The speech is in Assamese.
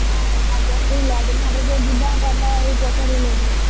অঁ শ'ল মাছ দছ কেজি ল'ৰাজনৰ হাততে দিবা তাৰ পৰা এই পইচাটো লৈ যাবা